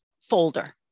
folder